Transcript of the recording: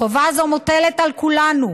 חובה זו מוטלת על כולנו,